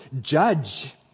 judge